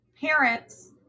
parents